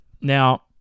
Now